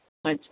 ਅੱਛਾ